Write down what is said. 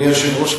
אדוני היושב-ראש,